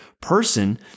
person